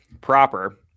proper